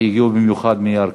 במיוחד מירכא.